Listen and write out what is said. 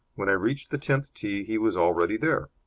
when i reached the tenth tee he was already there.